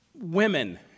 women